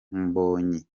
mbonyi